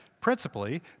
principally